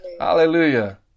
Hallelujah